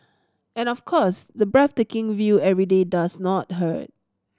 and of course the breathtaking view every day does not hurt